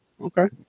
Okay